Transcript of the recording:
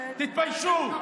תתביישו.